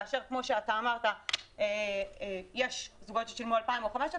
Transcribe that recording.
כאשר כפי שאמרת יש זוגות ששילמו 2,000 או 5,000